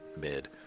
mid